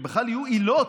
שבכלל יהיו עילות,